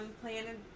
planted